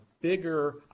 bigger